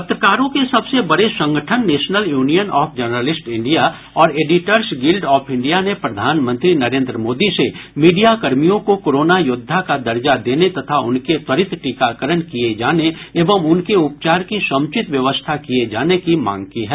पत्रकारों के सबसे बड़े संगठन National Union of journalists India और एडिटर्स गिल्ड ऑफ इंडिया ने प्रधानमंत्री नरेंद्र मोदी से मीडियाकर्मियों को कोरोना योद्धा का दर्जा देने तथा उनके त्वरित टीकाकरण किये जाने एवं उनके उपचार की समुचित व्यवस्था किये जाने की मांग की है